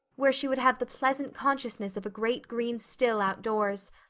where she would have the pleasant consciousness of a great green still outdoors,